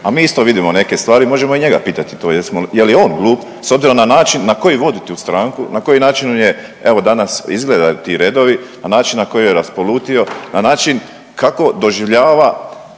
a mi isto vidimo neke stvari, možemo i njega pitati to, recimo, je li on glup s obzirom na način na koji vodu tu stranku, na koji način ju je, evo, danas izgledaju ti redovi, na način na koji ju je raspolutio, na način kako doživljava